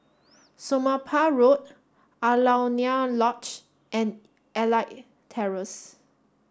Somapah Road Alaunia Lodge and Elite Terrace